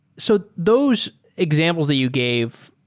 so those examples that you gave,